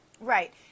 Right